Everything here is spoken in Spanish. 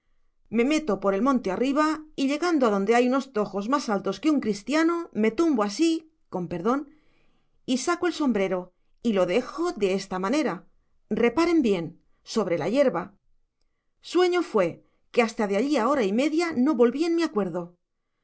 me meto por el monte arriba y llegando a donde hay unos tojos más altos que un cristiano me tumbo así con perdón y saco el sombrero y lo dejo de esta manera reparen bien sobre la yerba sueño fue que hasta de allí a hora y media no volví en mi acuerdo